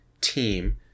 team